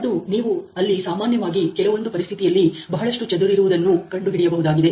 ಮತ್ತು ನೀವು ಅಲ್ಲಿ ಸಾಮಾನ್ಯವಾಗಿ ಕೆಲವೊಂದು ಪರಿಸ್ಥಿತಿಯಲ್ಲಿ ಬಹಳಷ್ಟು ಚದುರಿರುವುದನ್ನು ಕಂಡುಹಿಡಿಯಬಹುದಾಗಿದೆ